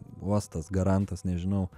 uostas garantas nežinau